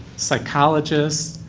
psychologists,